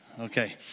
okay